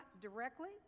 directly